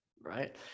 right